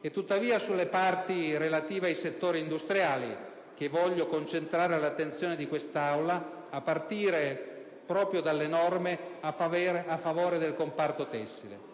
È tuttavia sulle parti relative ai settori industriali che voglio concentrare l'attenzione di quest'Aula a partire proprio dalle norme a favore del comparto tessile.